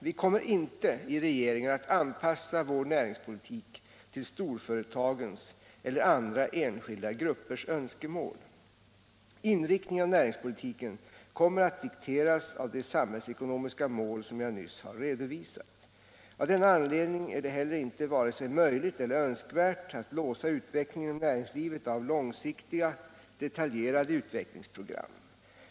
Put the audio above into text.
Vi kommer inte i regeringen att anpassa vår näringspolitik till storföretagens eller andra enskilda gruppers önskemål. Inriktningen av näringspolitiken kommer att dikteras av de samhällsekonomiska mål som jag nyss har redovisat. Av denna anledning är det heller inte vare sig möjligt eller önskvärt att låsa utvecklingen inom näringslivet av långsiktiga, detaljerade utvecklingsprogram.